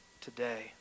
today